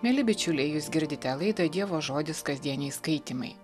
mieli bičiuliai jūs girdite laidą dievo žodis kasdieniai skaitymai